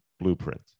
blueprint